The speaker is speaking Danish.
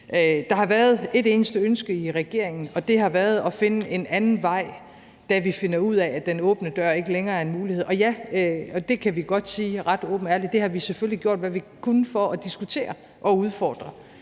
Der har været ét eneste ønske i regeringen, og det har været finde en anden vej, da vi finder ud af, at åben dør-ordningen ikke længere en mulighed. Og ja, vi kan godt sige ret åbent og ærligt, at det har vi selvfølgelig gjort, hvad vi kunne, for at diskutere og udfordre,